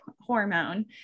hormone